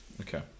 okay